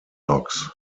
locks